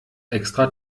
extra